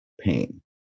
pain